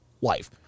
wife